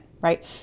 right